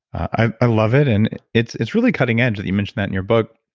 i love it. and it's it's really cutting-edge that you mention that in your book.